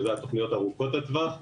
שאלה תוכניות ארוכות הטווח,